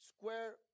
square